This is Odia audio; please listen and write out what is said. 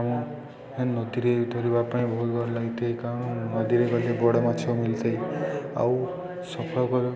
ଆମ ନଦୀରେ ଧରିବା ପାଇଁ ବହୁତ ଭଲ ଲାଗିଥାଏ କାରଣ ନଦୀରେ ଗଲେ ବଡ଼ ମାଛ ମିଳିଥାଏ ଆଉ ସଫଳ କରି